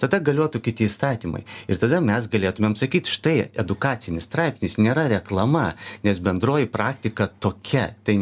tada galiotų kiti įstatymai ir tada mes galėtumėm sakyt štai edukacinis straipsnis nėra reklama nes bendroji praktika tokia tai